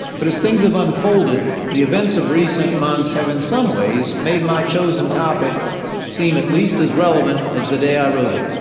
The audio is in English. but as things have unfolded, the events of recent months have, in some ways, made my chosen topic seem at least as relevant as the day i wrote it.